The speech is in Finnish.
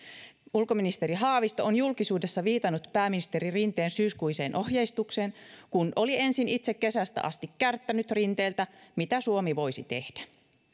ulkoministeri haavisto on julkisuudessa viitannut pääministeri rinteen syyskuiseen ohjeistukseen kun oli ensin itse kesästä asti kärttänyt rinteeltä mitä suomi voisi tehdä